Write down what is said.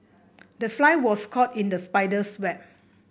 the fly was caught in the spider's web